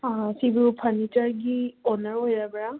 ꯁꯤꯕꯨ ꯐꯔꯅꯤꯆꯔꯒꯤ ꯑꯣꯅꯔ ꯑꯣꯏꯔꯕ꯭ꯔꯥ